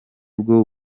bwo